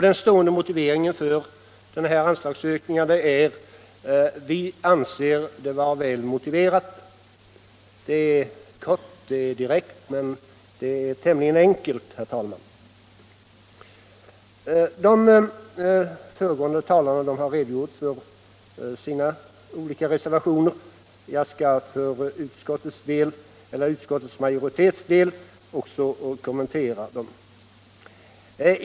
Den stående motiveringen för anslagsökningarna är: ”Vi anser det vara väl motiverat.” Det är kort och direkt, men enkelt, herr talman. De föregående talarna har redogjort för sina olika reservationer, och jag skall för utskottsmajoritetens räkning också kommentera dem.